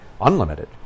unlimited